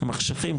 במחשכים,